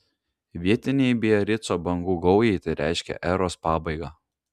vietinei biarico bangų gaujai tai reiškė eros pabaigą